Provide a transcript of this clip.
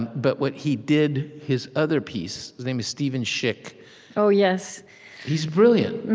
but when he did his other piece his name is steven schick oh, yes he's brilliant.